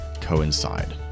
coincide